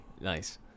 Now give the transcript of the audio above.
Nice